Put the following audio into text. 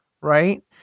right